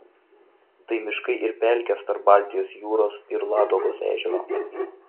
tai miškai ir pelkės tarp baltijos jūros ir ladogos ežero